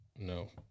No